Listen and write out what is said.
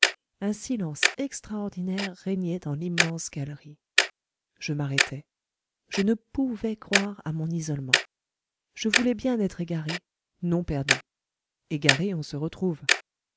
un silence extraordinaire régnait dans l'immense galerie je m'arrêtai je ne pouvais croire à mon isolement je voulais bien être égaré non perdu égaré on se retrouve